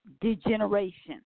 degeneration